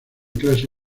clase